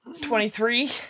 Twenty-three